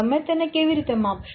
તમે તેને કેવી રીતે માપશો